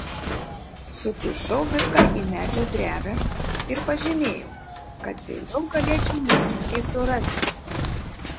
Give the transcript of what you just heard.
sukišau viską į medžio drevę ir pažymėjau kad vėliau galėčiau nesunkiai surasti